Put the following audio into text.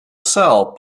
sell